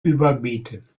überbieten